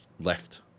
left